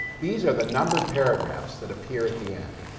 these are the numbered paragraphs that appear at the end.